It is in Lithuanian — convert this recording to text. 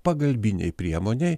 pagalbinei priemonei